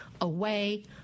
away